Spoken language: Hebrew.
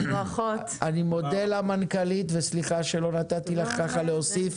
אני מודה למנכ"לית וסליחה שלא נתתי לך ככה להוסיף,